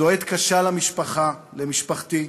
זו עת קשה למשפחה, למשפחתי,